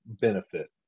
benefit